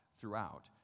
throughout